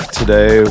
today